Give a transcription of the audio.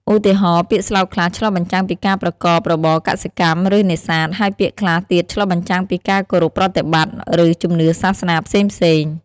ឧទាហរណ៍ ពាក្យស្លោកខ្លះឆ្លុះបញ្ចាំងពីការប្រកបរបរកសិកម្ម ឬនេសាទ ហើយពាក្យខ្លះទៀតឆ្លុះបញ្ចាំងពីការគោរពប្រតិបត្តិ ឬជំនឿសាសនាផ្សេងៗ។